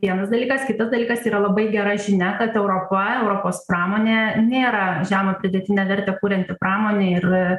vienas dalykas kitas dalykas yra labai gera žinia kad europa europos pramonė nėra žemą pridėtinę vertę kurianti pramonė ir